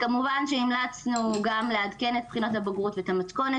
כמובן שהמלצנו גם לעדכן את בחינות הבגרות ואת המתכונת